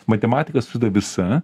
matematika susideda visa